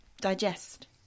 digest